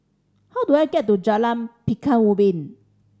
how do I get to Jalan Pekan Ubin